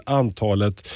antalet